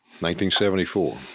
1974